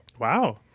Wow